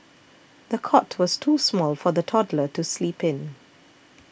the cot was too small for the toddler to sleep in